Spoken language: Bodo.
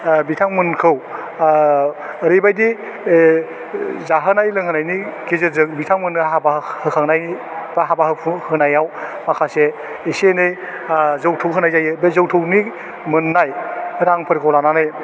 ओह बिथांमोनखौ आह ओरैबायदि ओह जाहोनाय लोंहोनायनि गेजेरजों बिथांमोननो हाबा होखांनायनि बा हाबा होफु होनायाव माखासे एसे एनै आह जौथुब होनाय जायो बे जौथुबनि मोन्नाय रांफोरखौ लानानै